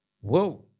Whoa